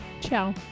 Ciao